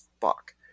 fuck